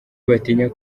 batinya